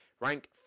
rank